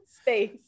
space